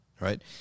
Right